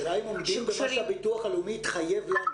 השאלה האם עומדים במה שהביטוח הלאומי התחייב לנו?